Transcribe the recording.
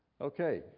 Okay